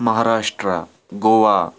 Maharashtra Goa